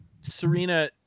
Serena